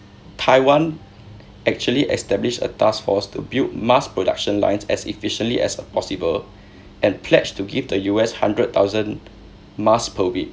taiwan actually established a task force to build mask production lines as efficiently as possible and pledged to give the U_S hundred thousand masks per week